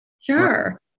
Sure